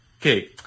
Okay